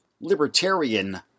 Libertarian